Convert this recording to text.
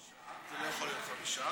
זה לא יכול להיות חמישה.